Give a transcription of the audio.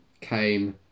came